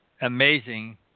amazing